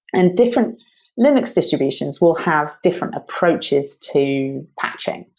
and different linux distributions will have different approaches to batching.